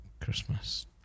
Christmas